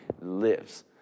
lives